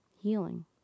healing